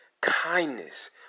kindness